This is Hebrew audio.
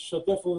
שוטף,